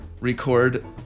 record